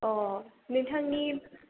औ नोंथांनि